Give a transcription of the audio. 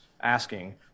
asking